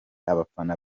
abafana